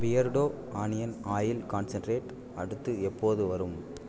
Beardo onion oil concentrate அடுத்து எப்போது வரும்